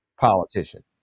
politician